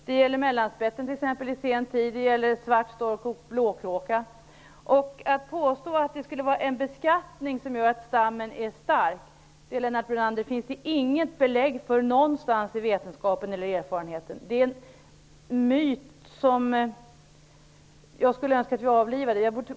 Det gäller i sen tid t.ex. mellanspetten och blåkråkan. Det finns, Lennart Brunander, inget belägg vetenskapligt eller erfarenhetsmässigt för ett påstående om att en beskattning skulle förstärka stammen. Det är en myt som jag skulle önska att vi avlivade.